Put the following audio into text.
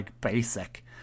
basic